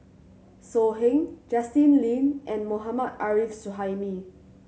So Heng Justin Lean and Mohammad Arif Suhaimi